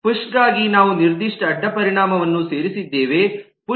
push ಗಾಗಿ ನಾವು ನಿರ್ದಿಷ್ಟ ಅಡ್ಡಪರಿಣಾಮವನ್ನು ಸೇರಿಸಿದ್ದೇವೆ